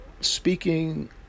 speaking